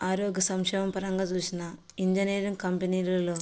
ఆరోగ్య సంక్షేమం పరంగా చూసినా ఇంజనీరింగ్ కంపెనీలలో